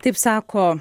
taip sako